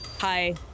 Hi